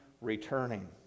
returning